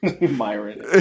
Myron